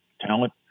talent